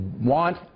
want